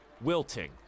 wilting